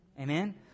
Amen